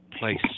place